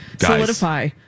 solidify